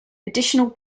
additional